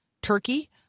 Turkey